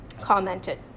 commented